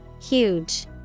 Huge